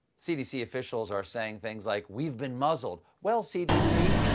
c d c. officials are saying things like we've been muzzled. well, c d c,